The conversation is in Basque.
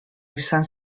izan